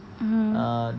mmhmm